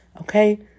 Okay